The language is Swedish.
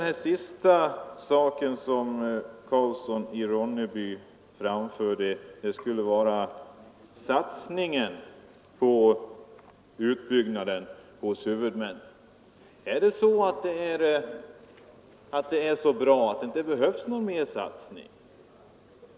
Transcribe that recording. Herr Karlsson i Ronneby talade också om huvudmännens satsning på utbyggnad. Men är allting så bra att det inte behövs någon mer satsning?